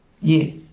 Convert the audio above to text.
Yes